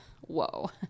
Whoa